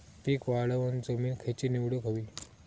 पीक वाढवूक जमीन खैची निवडुक हवी?